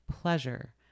pleasure